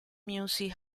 music